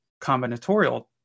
combinatorial